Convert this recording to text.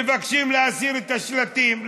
מבקשים להסיר את השלטים.